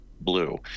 blue